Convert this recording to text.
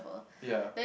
ya